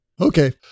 Okay